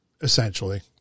essentially